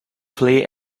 play